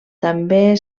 també